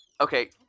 okay